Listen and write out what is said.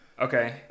Okay